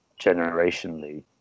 generationally